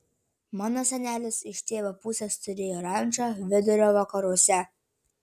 mano senelis iš tėvo pusės turėjo rančą vidurio vakaruose